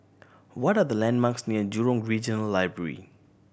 what are the landmarks near Jurong Regional Library